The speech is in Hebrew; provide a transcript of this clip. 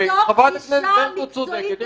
--- חברת הכנסת ענת ברקו צודקת,